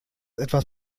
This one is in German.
etwas